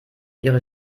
ihre